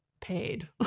paid